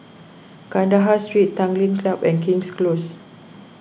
Kandahar Street Tanglin Club and King's Close